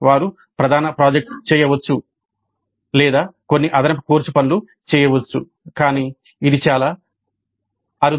వారు ప్రధాన ప్రాజెక్ట్ చేయవచ్చు లేదా కొన్ని అదనపు కోర్సు పనులు చేయవచ్చు కానీ అది చాలా అరుదు